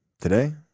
Today